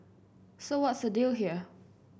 so what's the deal here